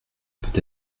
peut